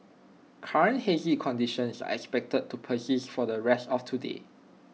current hazy conditions are expected to persist for the rest of today